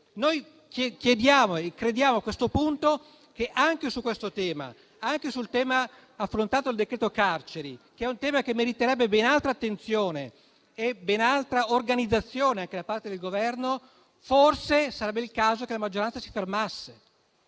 Crediamo, a questo punto, che anche sul tema affrontato nel decreto carceri, che meriterebbe ben altra attenzione e ben altra organizzazione da parte del Governo, forse sarebbe il caso che la maggioranza si fermasse,